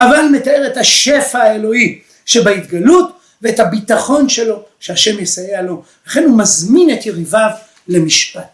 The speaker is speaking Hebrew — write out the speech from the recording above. אבל מתאר את השפע האלוהי שבהתגלות ואת הביטחון שלו שהשם יסייע לו, לכן הוא מזמין את יריביו למשפט.